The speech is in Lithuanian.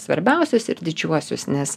svarbiausius ir didžiuosius nes